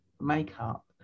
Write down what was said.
makeup